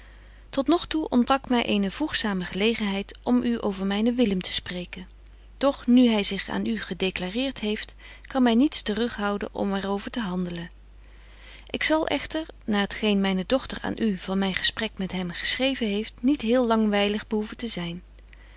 tot nog toe ontbrak my eene voegzame gelegenheid om u over mynen willem te spreken doch nu hy zich aan u gedeclareert heeft kan my niets te rug houden om er over te handelen ik zal echter na het geen myne dochter aan u van myn gesprek met hem geschreven heeft niet heel langwylig behoeven te zyn